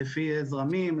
לפי זרמים,